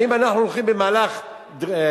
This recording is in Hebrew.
האם אנחנו הולכים במהלך דרמטי,